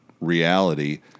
reality